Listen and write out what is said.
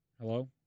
Hello